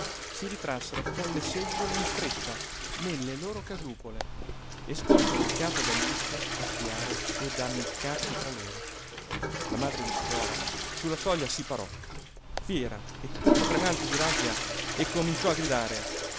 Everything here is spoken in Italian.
si ritrassero con le seggiole in fretta nelle loro casupole e sporsero il capo dall'uscio a spiare e ad ammiccarsi tra loro la madre di sidora sulla soglia si parò fiera e tutta tremante di rabbia e cominciò a gridare